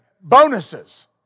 Bonuses